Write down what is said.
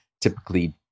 typically